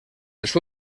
els